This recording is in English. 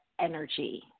energy